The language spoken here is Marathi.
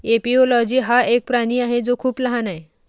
एपिओलोजी हा एक प्राणी आहे जो खूप लहान आहे